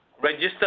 register